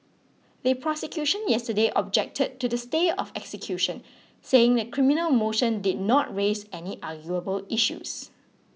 the prosecution yesterday objected to the stay of execution saying the criminal motion did not raise any arguable issues